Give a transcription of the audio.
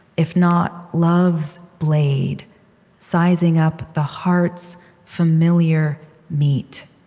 if not love's blade sizing up the heart's familiar meat?